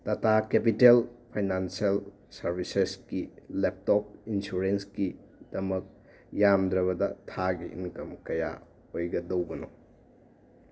Tata capital financial services ꯀꯤ laptop ꯏꯟꯁꯨꯔꯦꯟꯁꯀꯤ ꯗꯃꯛ ꯌꯝꯗ꯭ꯔꯕꯗ ꯊꯥꯒꯤ ꯏꯟꯀꯝ ꯀꯌꯥ ꯑꯣꯏꯒꯗꯧꯕꯅꯣ